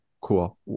Cool